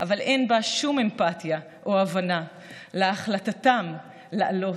אבל אין בה שום אמפתיה או הבנה להחלטתם לעלות,